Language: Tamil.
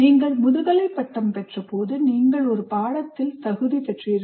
நீங்கள் முதுகலை பட்டம் பெற்றபோது நீங்கள் ஒரு பாடத்தில் தகுதி பெற்றீர்கள்